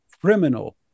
criminal